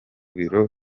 biro